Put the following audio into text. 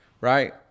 right